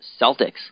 Celtics